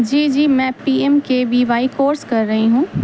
جی جی میں P M K V Y course کر رہی ہوں